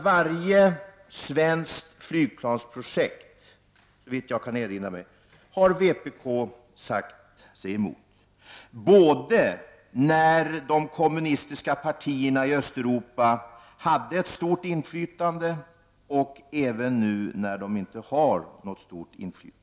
Varje svenskt flygplansprojekt har vpk motsatt sig, såvitt jag kan erinra mig — både när de kommunistiska partierna i Östeuropa hade ett stort inflytande och nu, när de inte har något stort inflytande.